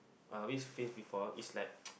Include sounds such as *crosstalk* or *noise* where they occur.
I always face before is like *noise*